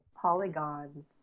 polygons